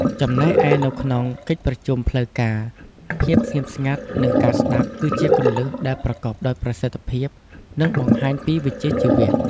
ចំណែកឯនៅក្នុងកិច្ចប្រជុំផ្លូវការ ភាពស្ងៀមស្ងាត់ និងការស្តាប់គឺជាគន្លឹះដែលប្រកបដោយប្រសិទ្ធភាព និងបង្ហាញពីវិជ្ជាជីវៈ។